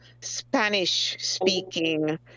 Spanish-speaking